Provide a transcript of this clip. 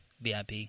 VIP